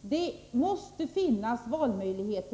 Det måste finnas valmöjligheter.